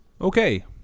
Okay